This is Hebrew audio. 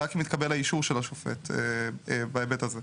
רק אם התקבל האישור של השופט בהיבט הזה.